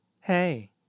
Hey